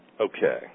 Okay